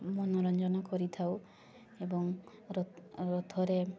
ମନୋରଞ୍ଜନ କରିଥାଉ ଏବଂ ର ରଥରେ